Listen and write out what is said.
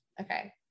okay